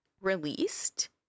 released